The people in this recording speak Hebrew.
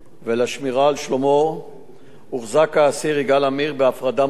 על שלומו הוחזק האסיר יגאל עמיר בהפרדה מוחלטת